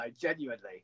Genuinely